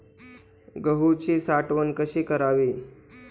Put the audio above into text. गहूची साठवण कशी करावी?